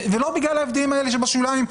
ולא בגלל ההבדלים האלה שבשוליים,